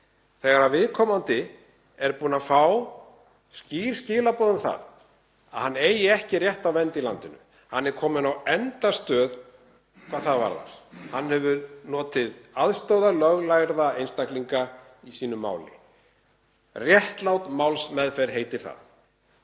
þegar viðkomandi er búinn að fá skýr skilaboð um að hann eigi ekki rétt á vernd í landinu? Hann er kominn á endastöð hvað það varðar. Hann hefur notið aðstoðar löglærðra einstaklinga í sínu máli; réttlát málsmeðferð heitir það.